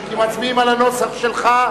כי מצביעים על הנוסח שלך,